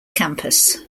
campus